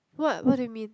what what do you mean